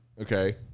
okay